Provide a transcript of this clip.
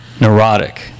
neurotic